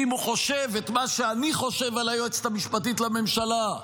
אם הוא חושב את מה שאני חושב על היועצת המשפטית לממשלה,